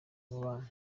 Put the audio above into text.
umubano